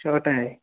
ওটাই